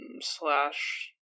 slash